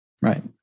right